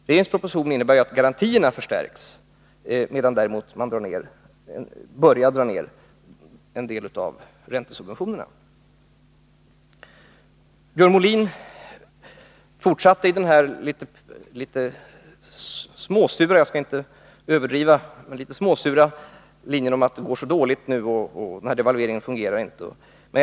Regeringens proposition innebär ju att garantierna förstärks, medan man däremot börjar dra ned på en del av räntesubventionerna. Björn Molin fortsatte på den här litet småsura — jag skall inte överdriva — linjen att det går så dåligt nu och att devalveringen inte fungerar.